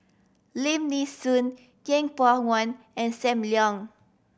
Lim Nee Soon Yeng Pway One and Sam Leong